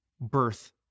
birth